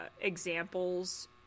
examples